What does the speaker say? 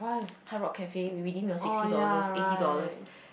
Hardrock Cafe we redeem your sixty dollars eighty dollars